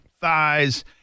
thighs